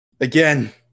Again